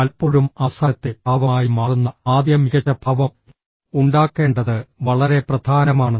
പലപ്പോഴും അവസാനത്തെ ഭാവമായി മാറുന്ന ആദ്യ മികച്ച ഭാവം ഉണ്ടാക്കേണ്ടത് വളരെ പ്രധാനമാണ്